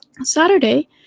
Saturday